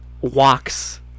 walks